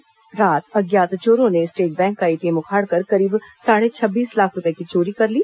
रायगढ़ में कल रात अज्ञात चोरों ने स्टेट बैंक का एटीएम उखाड़कर करीब साढ़े छब्बीस लाख रूपये की चोरी कर ली